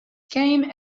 came